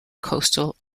coastal